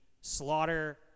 slaughter